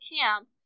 camp